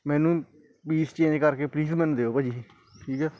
ਮੈਨੂੰ piece change ਕਰਕੇ please ਮੈਨੂੰ ਦਿਓ ਭਾਅ ਜੀ ਠੀਕ ਆ